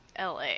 la